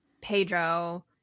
pedro